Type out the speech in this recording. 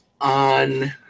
on